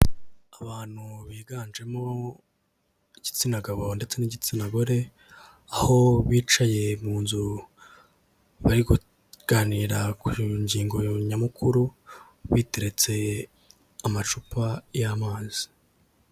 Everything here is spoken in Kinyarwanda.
Abantu biganjemo igitsina gabo ndetse n'igitsina gore, aho bicaye mu nzu bari kuganira ku ngingo nyamukuru biteretse amacupa y'amazi.